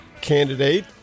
candidate